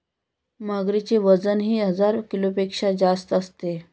मगरीचे वजनही हजार किलोपेक्षा जास्त असते